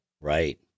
Right